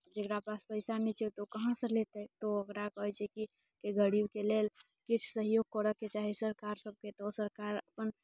जकरा पास पैसा नहि छै तऽ ओ कहाँसँ लयतै तऽ ओकरा कहै छै की कि गरीबके लेल किछु सहयोग करयके चाही सरकारसभके दोसर कार्य अपन